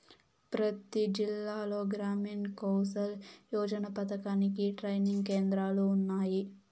ప్రతి జిల్లాలో గ్రామీణ్ కౌసల్ యోజన పథకానికి ట్రైనింగ్ కేంద్రాలు ఉన్నాయి